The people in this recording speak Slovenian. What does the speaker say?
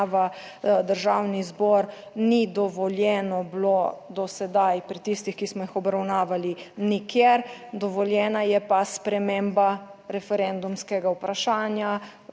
Državni zbor ni dovoljeno bilo do sedaj pri tistih, ki smo jih obravnavali nikjer, dovoljena je pa sprememba referendumskega vprašanja